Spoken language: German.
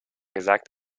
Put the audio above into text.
gesagt